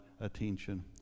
attention